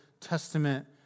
Testament